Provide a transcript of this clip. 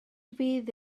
fydd